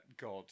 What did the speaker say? God